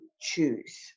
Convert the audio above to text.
choose